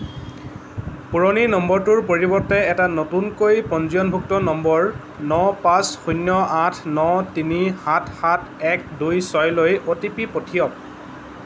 পুৰণি নম্বৰটোৰ পৰিৱৰ্তে এটা নতুনকৈ পঞ্জীয়নভুক্ত নম্বৰ ন পাঁচ শূন্য আঠ ন তিনি সাত তিনি সাত সাত এক দুই ছয়লৈ অ' টি পি পঠিয়াওক